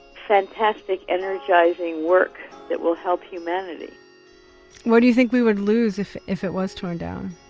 fantastic, energizing work that will help humanity what do you think we would lose if if it was torn down?